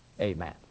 Amen